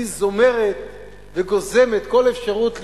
היא זומרת וגוזמת כל אפשרות לפתוח,